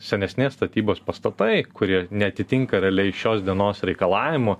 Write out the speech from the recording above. senesnės statybos pastatai kurie neatitinka realiai šios dienos reikalavimų